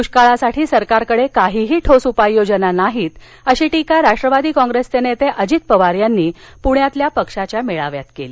दुष्काळासाठी सरकारकडे काहीही ठोस उपाययोजना नाहीत अशी टीका राष्ट्रवादी काँग्रेसचे नेते अजित पवार यांनी पुण्यातल्या पक्षाच्या मेळाव्यात केली